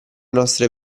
nostre